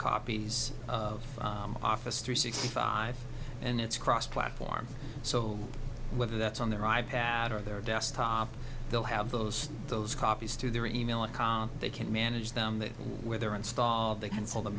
copies of office three sixty five and it's cross platform so whether that's on their i pad or their desktop they'll have those those copies through their e mail account they can manage them where they're installed they can sell them